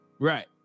Right